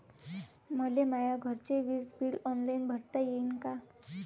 मले माया घरचे विज बिल ऑनलाईन भरता येईन का?